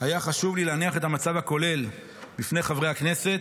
היה חשוב לי להניח את המצב הכולל לפני חברי הכנסת,